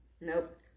Nope